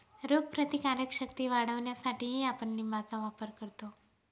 रोगप्रतिकारक शक्ती वाढवण्यासाठीही आपण लिंबाचा वापर करतो